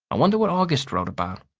i wonder what august wrote about.